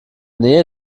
nähe